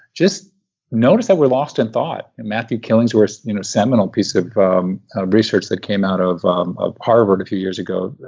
just notice that we're lost in thought. matthew killingsworth's you know seminal piece of research that came out of um of harvard a few years ago,